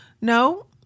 No